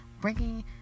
bringing